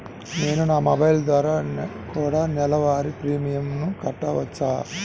నేను నా మొబైల్ ద్వారా కూడ నెల వారి ప్రీమియంను కట్టావచ్చా?